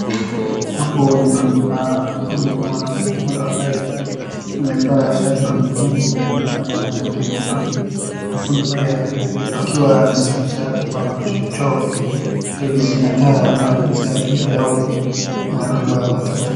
Hapo kuna mwanamke mmoja ambaye amevaa shati nyekundu na ako na kitu myekundu pia akiwa anasafisha hapo kwa machoo. Choo hizi zinakaa mahali za shule au mahali pa watoto.